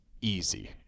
easy